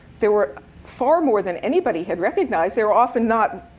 there were far more than anybody had recognized. they were often not